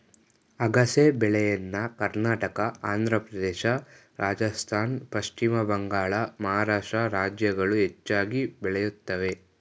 ಅಗಸೆ ಬೆಳೆಯನ್ನ ಕರ್ನಾಟಕ, ಆಂಧ್ರಪ್ರದೇಶ, ರಾಜಸ್ಥಾನ್, ಪಶ್ಚಿಮ ಬಂಗಾಳ, ಮಹಾರಾಷ್ಟ್ರ ರಾಜ್ಯಗಳು ಹೆಚ್ಚಾಗಿ ಬೆಳೆಯುತ್ತವೆ